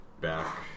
back